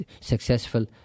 successful